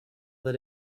that